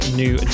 new